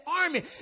army